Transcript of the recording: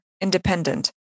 independent